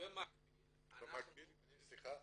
במקביל --- סליחה,